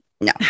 no